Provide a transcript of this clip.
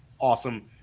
awesome